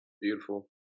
Beautiful